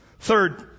Third